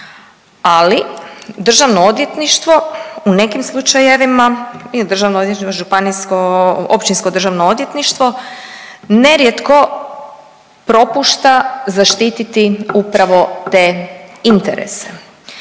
ili državno odvjetništvo županijsko, općinsko državno odvjetništvo nerijetko propušta zaštiti upravo te interese.